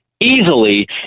Easily